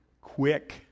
quick